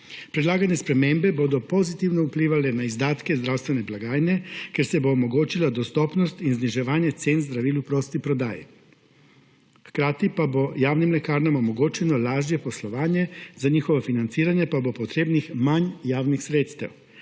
Predlagane spremembe bodo pozitivno vplivale na izdatke zdravstvene blagajne, ker se bo omogočila dostopnost in zniževanje cen zdravil v prosti prodaji. Hkrati pa bo javnim lekarnam omogočeno lažje poslovanje, za njihovo financiranje pa bo potrebnih manj javnih sredstev.